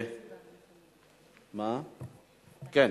אם כן,